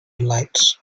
delights